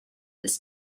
its